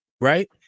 right